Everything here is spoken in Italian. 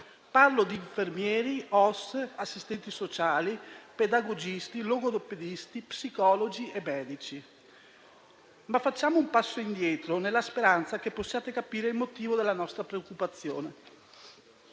sociosanitari (OSS), assistenti sociali, pedagogisti, logopedisti, psicologi e medici. Ma facciamo un passo indietro, nella speranza che possiate capire il motivo della nostra preoccupazione.